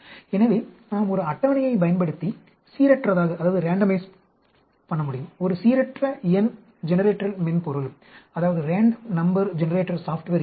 எனவே நாம் ஒரு அட்டவணையைப் பயன்படுத்தி சீரற்றதாக மாற்ற முடியும் ஒரு சீரற்ற எண் ஜெனரேட்டர் மென்பொருள் இருந்தது